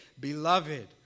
Beloved